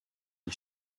lui